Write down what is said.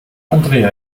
andrea